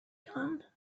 done